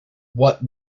what